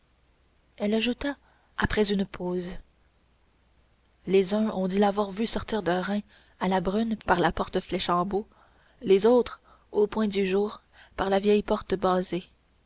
elle ajouta après une pause les uns ont dit l'avoir vue sortir de reims à la brune par la porte fléchembault les autres au point du jour par la vieille porte basée